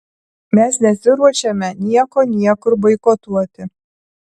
mes nesiruošiame nieko niekur boikotuoti